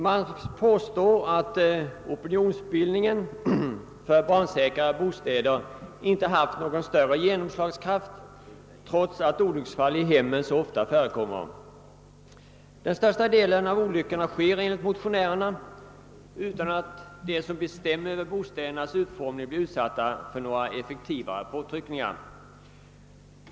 Man påstår att opinionsbildningen för barnsäkrare bostäder inte haft någon större genomslagskraft, trots att olycksfall i hemmen så ofta förekommer. Den största delen av olyckorna sker — enligt motionärerna — utan att de som bestämmer över bostädernas utformning blir utsatta för några effektivare påtryckningar.